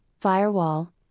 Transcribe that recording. firewall